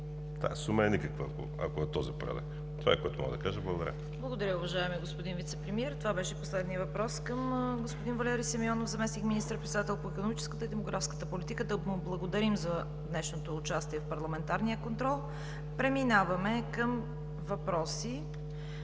ПРЕДСЕДАТЕЛ ЦВЕТА КАРАЯНЧЕВА: Благодаря, уважаеми господин Вицепремиер. Това беше последният въпрос към господин Валери Симеонов – заместник министър-председател по икономическата и демографската политика. Да му благодарим за днешното участие в парламентарния контрол. Преминаваме към въпроси